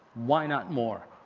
why not more.